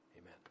amen